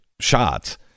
shots